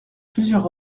plusieurs